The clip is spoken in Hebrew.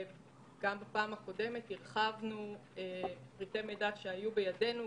גם בפעם הקודמת דיווחנו פרטי מידע שהיו בידינו,